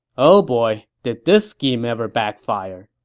oh boy, did this scheme ever backfire